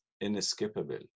inescapable